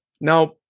now